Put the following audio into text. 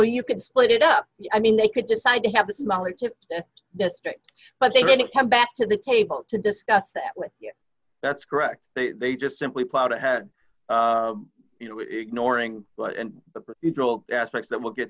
you could split it up i mean they could decide to have this knowledge of the district but they didn't come back to the table to discuss that with you that's correct they they just simply plowed ahead you know ignoring the procedural aspects that we'll get